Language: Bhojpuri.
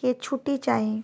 के छुट्टी चाही